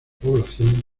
población